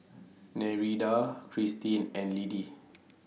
Nereida Kristin and Liddie